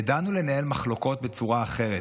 ידענו לנהל מחלוקות בצורה אחרת.